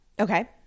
Okay